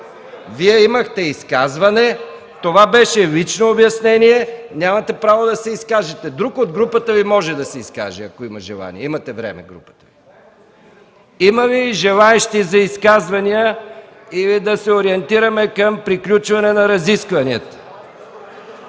Вие имахте изказване. Това беше лично обяснение, нямате право да се изкажете. Друг от групата Ви може да се изкаже, ако има желание, групата има време. Има ли желаещи за изказвания, или да се ориентираме към приключване на разискванията?